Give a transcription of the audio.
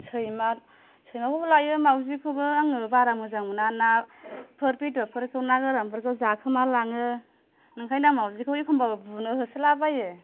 सैमा सैमाखौबो लायो मावजिखौबो आङो बारा मोजां मोना नाफोर बेदरफोरखौ ना गोरानफोरखौ जाखोमा लाङो ओंखायनो आं मावजिखौ एखमब्ला बुनो होसोला बायो